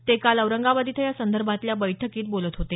ते काल औरंगाबाद इथं यासंदर्भातल्या बैठकीत बोलत होते